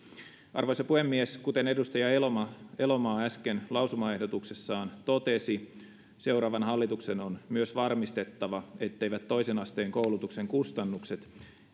arvoisa puhemies kuten edustaja elomaa elomaa äsken lausumaehdotuksessaan totesi seuraavan hallituksen on myös varmistettava etteivät toisen asteen koulutuksen kustannukset